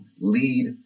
lead